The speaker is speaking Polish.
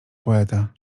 poeta